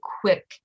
quick